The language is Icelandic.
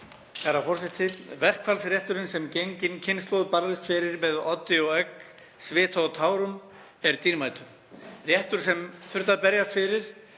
Herra forseti. Verkfallsrétturinn sem gengin kynslóð barðist fyrir með oddi og egg, svita og tárum, er dýrmætur; réttur sem þurfti að berjast fyrir